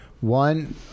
One